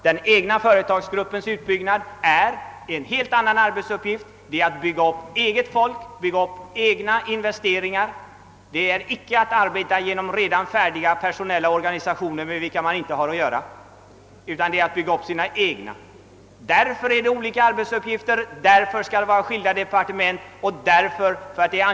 Den egna företagsgruppens utbyggnad är en helt annan arbetsuppgift; det är att bygga upp eget folk och bygga upp egna investeringar. Det är inte att arbeta med hjälp av andras redan färdiga personella organisationer. Därför är detta olika arbetsuppgifter, och därför skall skilda departement handlägga dessa frågor.